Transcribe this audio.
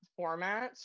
formats